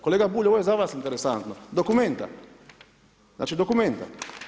Kolega Bulj, ovo je za vas interesantno, Documenta, znači Documenta.